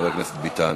חבר הכנסת ביטן.